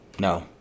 No